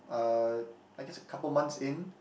uh just a couple of months in